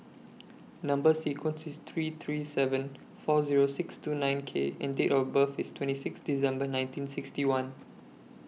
Number sequence IS three three seven four Zero six two nine K and Date of birth IS twenty six December nineteen sixty one